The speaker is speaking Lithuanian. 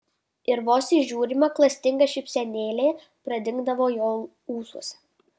ir vos įžiūrima klastinga šypsenėlė pradingdavo jo ūsuose